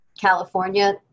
California